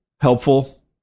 helpful